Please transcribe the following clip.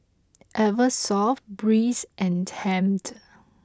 Eversoft Breeze and Tempt